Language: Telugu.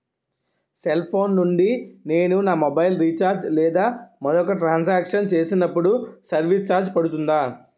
సెల్ ఫోన్ నుండి నేను నా మొబైల్ రీఛార్జ్ లేదా మరొక ట్రాన్ సాంక్షన్ చేసినప్పుడు సర్విస్ ఛార్జ్ పడుతుందా?